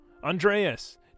Andreas